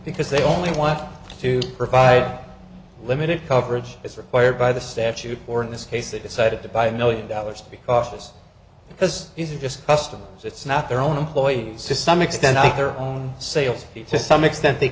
because they only want to provide limited coverage as required by the statute or in this case it decided to buy a million dollars to be cautious because these are just customers it's not their own employees to some extent i think their own sales to some extent they